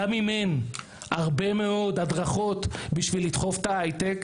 גם אם אין הרבה מאוד הדרכות בשביל לדחוף את ההייטק,